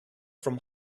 from